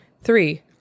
Three